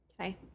Okay